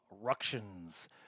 Ructions